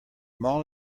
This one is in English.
mall